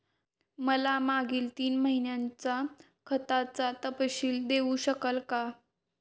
मला मागील तीन महिन्यांचा खात्याचा तपशील देऊ शकाल का?